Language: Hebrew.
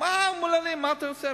מה אתה רוצה?